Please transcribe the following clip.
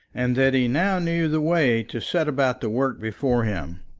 and that he now knew the way to set about the work before him.